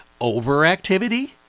overactivity